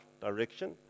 direction